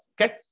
Okay